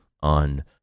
on